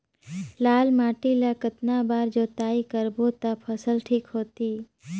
लाल माटी ला कतना बार जुताई करबो ता फसल ठीक होती?